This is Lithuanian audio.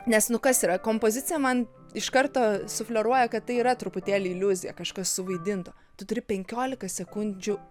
nes nu kas yra kompozicija man iš karto sufleruoja kad tai yra truputėlį iliuzija kažkas suvaidinto tu turi penkiolika sekundžių